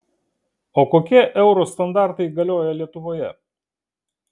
o kokie euro standartai galioja lietuvoje